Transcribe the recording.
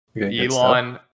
Elon